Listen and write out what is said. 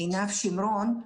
עינב שמרון.